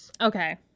Okay